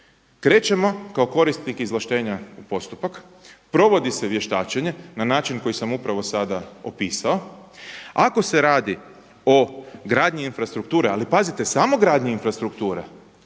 Krećemo kao korisnik izvlaštenja u postupak, provodi se vještačenje na način koji sam upravo sada opisao ako se radi o gradnji infrastrukture, ali pazite samo gradnji infrastrukture,